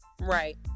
right